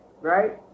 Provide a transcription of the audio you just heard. right